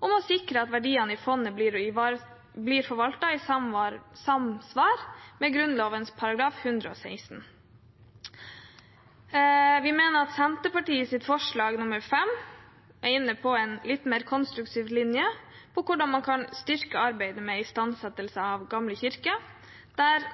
om å sikre at verdiene i fondet blir forvaltet i samsvar med Grunnloven § 116. Vi mener at forslag nr. 5, fra Senterpartiet, er inne på en litt mer konstruktiv linje for hvordan man kan styrke arbeidet med istandsettelse av gamle kirker der